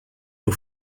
aux